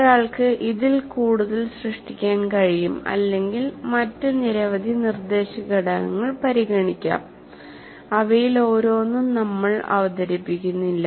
ഒരാൾക്ക് ഇതിൽ കൂടുതൽ സൃഷ്ടിക്കാൻ കഴിയും അല്ലെങ്കിൽ മറ്റ് നിരവധി നിർദ്ദേശ ഘടകങ്ങൾ പരിഗണിക്കാം അവയിൽ ഓരോന്നും നമ്മൾ അവതരിപ്പിക്കുന്നില്ല